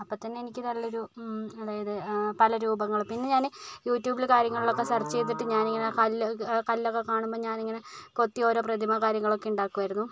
അപ്പത്തന്നെ എനിക്ക് നല്ലൊരു അതായത് പല രൂപങ്ങൾ പിന്നെ ഞാൻ യൂട്യൂബിൽ കാര്യങ്ങളിലൊക്കെ ഒക്കെ സെർച്ച് ചെയ്തിട്ട് ഞാൻ ഇങ്ങനെ കല്ല് കല്ലൊക്കെ കാണുമ്പം ഞാൻ ഇങ്ങനെ കൊത്തി ഓരോ പ്രതിമ കാര്യങ്ങളൊക്കെ ഉണ്ടാക്കുമായിരുന്നു